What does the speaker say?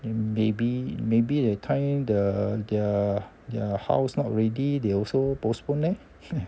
then maybe maybe at that time the the their house not ready they also postpone leh